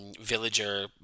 villager